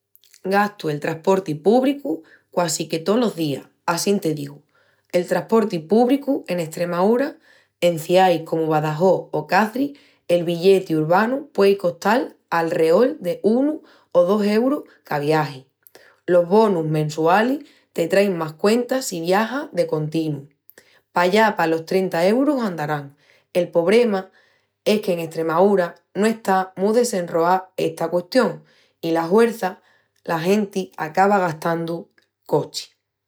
Gastu el trasporti púbricu quasi que tolos días, assín te digu. El trasporti púbricu en Estremaúra, en ciais comu Badajó o Caçris, el billeti urbanu puei costal alreol de unu o dos eurus ca viagi. Los bonus mensualis te train más cuenta si viajas de continu, pallá palos trenta eurus andarán. El pobrema es que en Estremaúra no está mu desenroá esta custión i la huerça la genti acaba gastandu'l cochi.